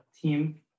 team